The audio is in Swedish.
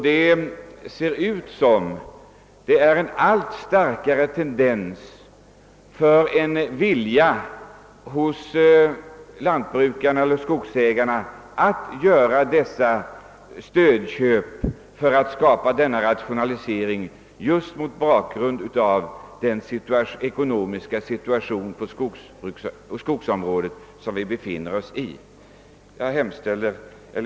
Det ser ut som det funnes en allt starkare vilja hos lantbrukare och andra skogsägare att just mot bakgrunden av den ekonomiska situation på skogsområdet, som vi befinner oss i, göra dessa stödköp för att skapa möjligheter till rationalisering.